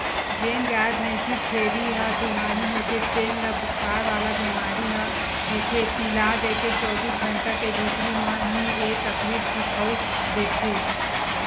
जेन गाय, भइसी, छेरी ह दुहानी होथे तेन ल बुखार वाला बेमारी ह होथे पिला देके चौबीस घंटा के भीतरी म ही ऐ तकलीफ दिखउल देथे